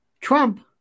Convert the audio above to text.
trump